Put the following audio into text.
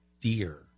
dear